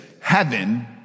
heaven